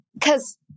Cause